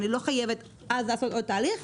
אני לא חייבת לעשות עוד תהליך.